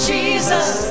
Jesus